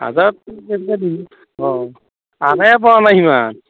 হাজাৰত অঁ আনাই পৰা নাই সিমান